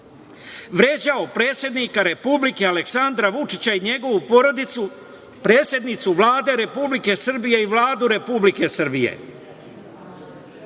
Vređao predsednika Republike Aleksandra Vučića i njegovu porodicu, predsednicu Vlade Republike Srbije i Vladu Republike Srbije.